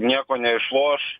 nieko neišloš